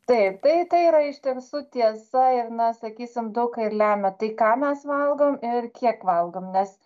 taip tai tai yra iš tiesų tiesa ir na sakysim daug ką ir lemia tai ką mes valgom ir kiek valgom nes